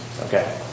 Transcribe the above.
Okay